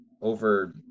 over